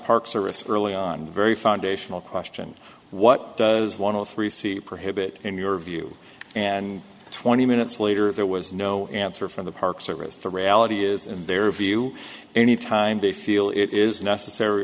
park service early on very foundational question what does one or three c prohibit in your view and twenty minutes later if there was no answer from the park service the reality is in their view any time they feel it is necessary